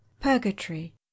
Purgatory